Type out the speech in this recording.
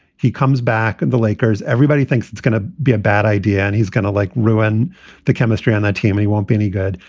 he comes back and the lakers, everybody thinks it's going to be a bad idea and he's going to like ruin the chemistry on the ah team. he won't be any good.